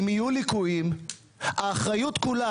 אם יהיו ליקויים האחריות כולה,